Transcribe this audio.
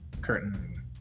Curtain